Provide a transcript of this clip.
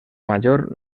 major